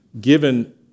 given